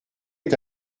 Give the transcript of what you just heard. est